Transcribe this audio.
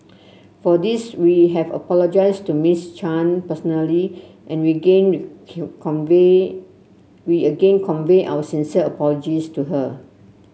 for this we have apologised to Miss Chan personally and we gain convey we again convey our sincere apologies to her